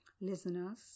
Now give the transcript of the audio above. Listeners